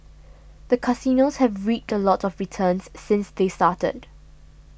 the casinos have reaped a lot of returns since they started